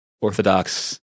Orthodox